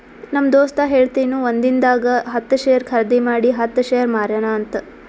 ನಮ್ ದೋಸ್ತ ಹೇಳತಿನು ಒಂದಿಂದಾಗ ಹತ್ತ್ ಶೇರ್ ಖರ್ದಿ ಮಾಡಿ ಹತ್ತ್ ಶೇರ್ ಮಾರ್ಯಾನ ಅಂತ್